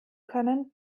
können